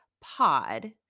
Pod